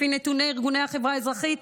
לפי נתוני ארגוני החברה האזרחית,